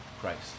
Christ